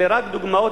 אלה רק דוגמאות,